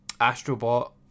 AstroBot